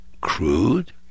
crude